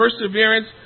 perseverance